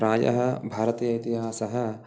प्रायः भारते इतिहासः